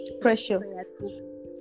pressure